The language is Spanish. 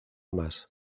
más